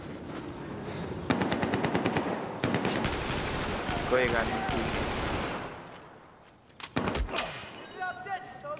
कोई गल्ल निं ठीक ऐ ठीक